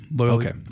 okay